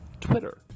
Twitter